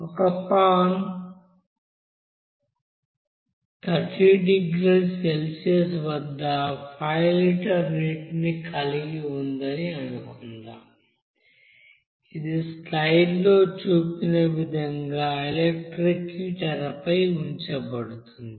ఒక పాన్ 30 డిగ్రీల సెల్సియస్ వద్ద 5 లీటర్ నీటిని కలిగి ఉందని అనుకుందాం ఇది స్లైడ్లో చూపిన విధంగా ఎలక్ట్రిక్ హీటర్పై ఉంచబడుతుంది